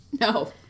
No